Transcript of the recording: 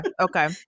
Okay